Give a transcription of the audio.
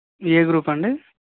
ఏ group అండి